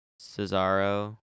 Cesaro